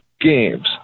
games